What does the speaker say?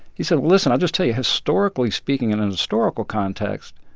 he said, listen, i'll just tell you, historically speaking, in an historical context,